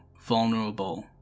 vulnerable